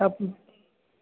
हँ